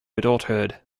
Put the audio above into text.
adulthood